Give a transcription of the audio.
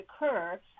occur